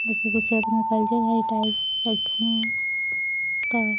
बिच कुसै अपना टाइप रक्खना ऐं